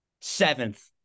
Seventh